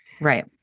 Right